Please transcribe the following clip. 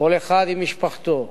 כל אחד עם משפחתו,